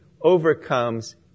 overcomes